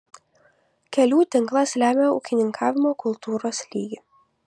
kelių tinklas lemia ūkininkavimo kultūros lygį